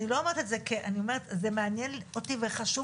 אני אומרת זה כי זה מעניין אותי וחשוב